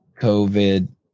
COVID